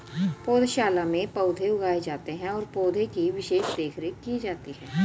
पौधशाला में पौधे उगाए जाते हैं और पौधे की विशेष देखरेख की जाती है